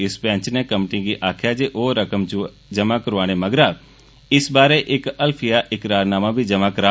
इस बैंच नै कंपनी गी आखेआ जे ओह् रकम जमा करोआने मगरा बी इस बारै इक हलफिया इकरारनामा जमा करा